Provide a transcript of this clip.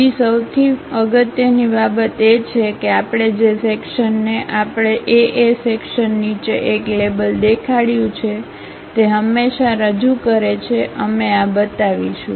બીજી સૌથી બાબત એ છે કે આપણે જે સેક્શન્ને આપણે AA સેક્શન્ નીચે એક લેબલ દેખાડ્યું છે તે હંમેશા રજૂ કરે છે અમે આ બતાવીશું